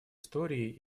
истории